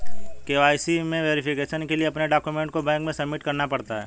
KYC में verification के लिए अपने डाक्यूमेंट को बैंक में सबमिट करना पड़ता है